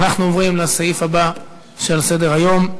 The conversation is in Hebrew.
אנחנו עוברים לסעיף הבא שעל סדר-היום: